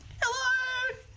Hello